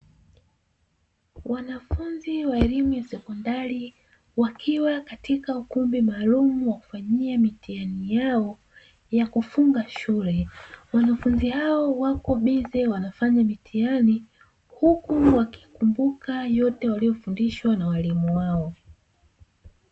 Mwanafunzi wa elimu ya sekondari wakiwa katika ukumbi maalumu wa kufanyia mitihani yao ya kufungia shule, wanafunzi wapo bize wakifanya mitihani yao huku wakikumbuka yote waliofundishwa na walimu wao.